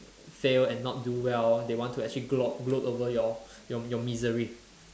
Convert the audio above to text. fail and not do well they want to actually gloat gloat over your your your misery